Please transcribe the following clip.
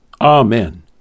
Amen